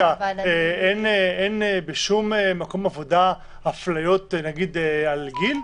אבל אין בשום מקום עבודה הפליות על גיל?